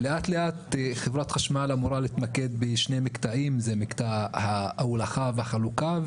לאט-לאט חברת החשמל אמורה להתמקד בשני מקטעים: מקטע ההולכה והחלוקה,